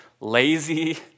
lazy